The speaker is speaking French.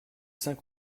cinq